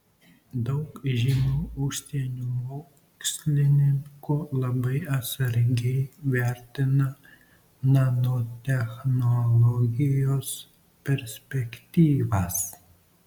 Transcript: daug žymių užsienio mokslininkų labai atsargiai vertina nanotechnologijos perspektyvas